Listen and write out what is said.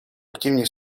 активнее